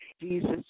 Jesus